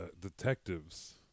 detectives